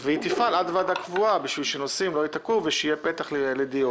והיא תפעל עד ועדה קבועה כדי שנושאים לא ייתקעו ושיהיה פתח לדיון.